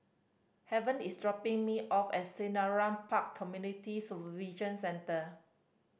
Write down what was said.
Haven is dropping me off at Selarang Park Community Supervision Centre